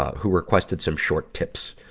who requested some short tips,